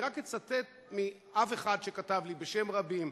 אני רק אצטט מאב אחד שכתב לי בשם רבים,